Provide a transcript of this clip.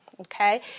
okay